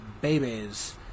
babies